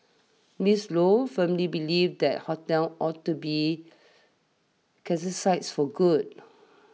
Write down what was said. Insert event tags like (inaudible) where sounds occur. Mister Lo firmly believes that hotels ought to be (unintelligible) for good